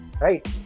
right